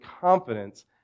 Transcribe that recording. confidence